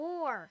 War